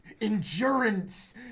Endurance